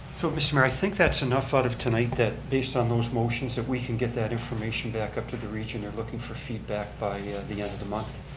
mr. mayor, i think that's enough out of tonight that based on those motions that we can get that information back up to the region, they're looking for feedback by the end of the month.